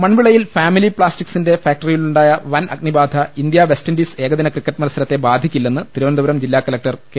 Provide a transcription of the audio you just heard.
മൺവിളയിൽ family പ്ലാസ്റ്റിക്സിന്റെ ഫാക്ടറിയിലുണ്ടായ വൻ അഗ്നി ബാധ ഇന്ത്യ വെസ്റ്റിൻഡീസ് ഏകദിന ക്രിക്കറ്റ് മത്സരത്തെ ബാധിക്കില്ലെന്ന് തിരുവനന്തപുരം ജില്ലാ കലക്ടർ കെ